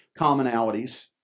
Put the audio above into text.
commonalities